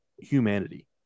humanity